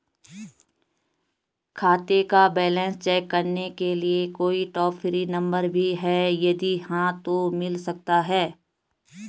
खाते का balance check करने के लिए कोई टॉल फ्री नम्बर भी है यदि हाँ तो मिल सकता है?